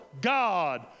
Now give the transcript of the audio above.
God